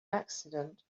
accident